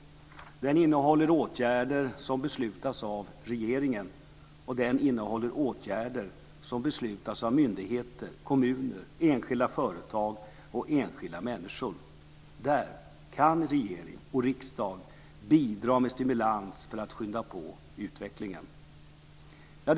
Den innehåller åtgärder som beslutas om av regeringen. Den innehåller också åtgärder som beslutas om av myndigheter, kommuner, enskilda företag och enskilda människor. Där kan regering och riksdag bidra med stimulans för att skynda på utvecklingen.